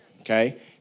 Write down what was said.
okay